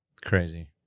Crazy